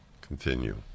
Continue